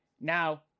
Now